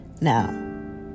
Now